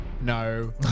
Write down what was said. no